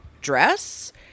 dress